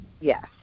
Yes